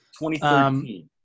2013